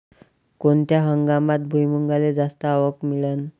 कोनत्या हंगामात भुईमुंगाले जास्त आवक मिळन?